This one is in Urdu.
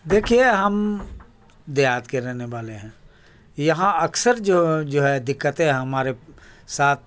دیکھیے ہم دیہات کے رہنے والے ہیں یہاں اکثر جو جو ہے دقوتیں ہمارے ساتھ